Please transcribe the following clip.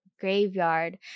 graveyard